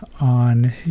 on